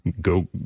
Go